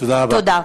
תודה.